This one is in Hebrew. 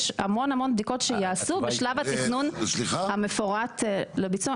יש המון בדיקות שיעשו בשלב התכנון המפורט לביצוע.